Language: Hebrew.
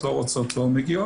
מגיעות, לא רוצות לא מגיעות,